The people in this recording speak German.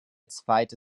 zweite